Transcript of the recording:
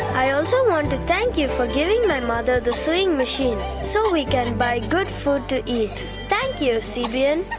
i also want to thank you for giving my mother the sewing machine so we can and buy good food to eat. thank you, cbn.